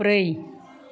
ब्रै